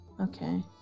Okay